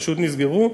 פשוט נסגרו.